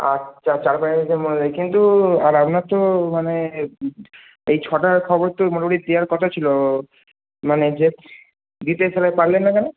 আচ্ছা মনে নেই কিন্তু আর আপনার তো মানে এই ছটা খবর তো মোটামুটি দেওয়ার কথা ছিল মানে যে দিতে তাহলে পারলেন না কেন